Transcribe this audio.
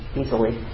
easily